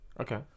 Okay